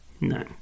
No